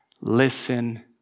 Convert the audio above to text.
listen